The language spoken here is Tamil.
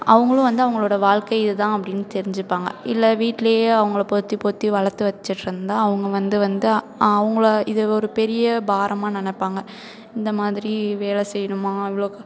அவங்களும் வந்து அவங்களோட வாழ்க்கை இதுதான் அப்படின்னு தெரிஞ்சுப்பாங்க இல்லை வீட்லேயே அவங்கள பொத்தி பொத்தி வளர்த்து வெச்சுட்ருந்தா அவங்க வந்து வந்து அவங்கள இது ஒரு பெரிய பாரமாக நினைப்பாங்க இந்த மாதிரி வேலை செய்யணுமா இவ்வளோக்கு